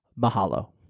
Mahalo